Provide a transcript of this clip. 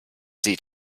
sieht